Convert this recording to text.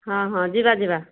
ହଁ ହଁ ଯିବା ଯିବା